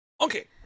Okay